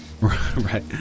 Right